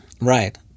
Right